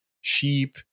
sheep